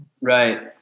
Right